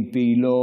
עם פעילות.